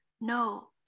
No